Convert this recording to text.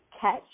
catch